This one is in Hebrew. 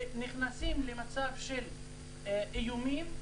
ונכנסים למצב של איומים.